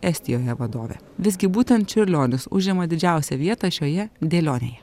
estijoje vadovę visgi būtent čiurlionis užima didžiausią vietą šioje dėlionėje